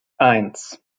eins